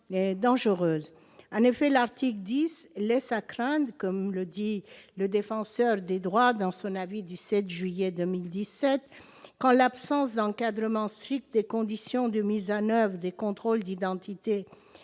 En effet, l'article 10 laisse craindre, comme le dit le Défenseur des droits dans son avis du 7 juillet 2017, que, « en l'absence d'encadrement strict des conditions de mise en oeuvre des contrôles d'identité et